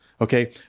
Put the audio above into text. Okay